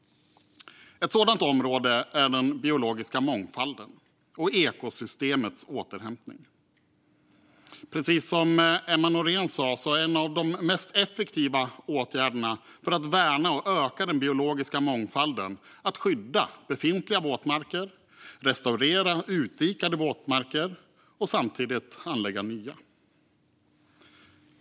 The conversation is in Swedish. Ett sådant område är den biologiska mångfalden och ekosystemets återhämtning. Precis som Emma Nohrén sa är en av de mest effektiva åtgärderna för att värna och öka den biologiska mångfalden att skydda befintliga våtmarker, restaurera utdikade våtmarker och samtidigt anlägga nya.